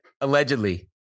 Allegedly